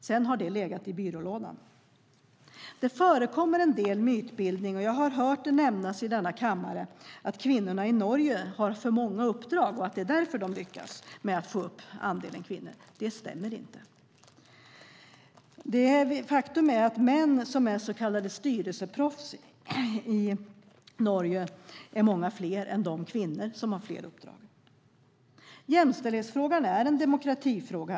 Sedan har förslaget legat i byrålådan. Det förekommer en del mytbildning. I denna kammare har jag hört det nämnas att kvinnorna i Norge har för många uppdrag och att det är därför man lyckas få upp andelen kvinnor. Detta stämmer inte. Faktum är att de män i Norge som är så kallade styrelseproffs är många fler än de kvinnor som har flera uppdrag. Jämställdhetsfrågan är en demokratifråga.